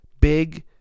Big